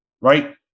right